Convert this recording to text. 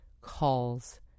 calls